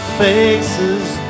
faces